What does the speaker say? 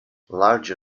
larger